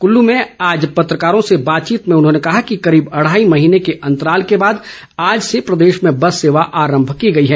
कुल्लू में आज पत्रकारों से बातचीत में उन्होंने कहा कि करीब अढ़ाई महीने के अंतराल के बाद आज से प्रदेश में बस सेवा आरम्म की गई है